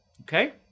okay